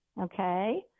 Okay